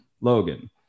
Logan